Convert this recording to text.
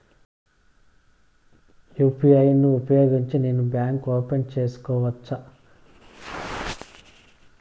UPI ను ఉపయోగించి నేను బ్యాంకు ఓపెన్ సేసుకోవచ్చా?